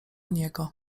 niego